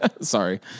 Sorry